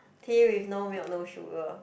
tea with no milk no sugar